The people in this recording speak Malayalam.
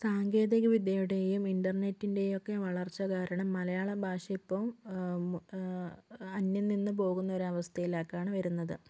സാങ്കേതിക വിദ്യയുടെയും ഇൻ്റർനെറ്റിൻ്റെയും ഒക്കെ വളർച്ച കാരണം മലയാള ഭാഷ ഇപ്പോൾ അന്യംനിന്ന് പോകുന്ന ഒരവസ്ഥയിലേക്കാണ് വരുന്നത്